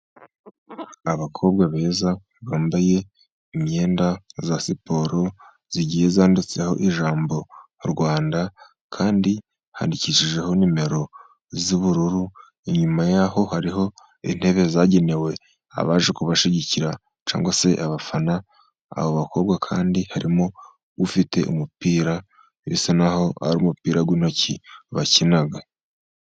Abakobwa beza bambaye imyenda ya siporo, igiye yanditseho ijambo Rwanda, kandi handikishijeho nimero y'ubururu, inyuma yaho hariho intebe zagenewe abaje kubashyigikira, cyangwa se abafana, abo bakobwa kandi harimo ufite umupira, bisa naho ari umupira w'intoki bakina.